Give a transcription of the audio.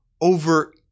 over